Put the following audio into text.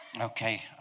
Okay